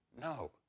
No